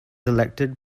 elected